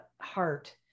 heart